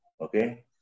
okay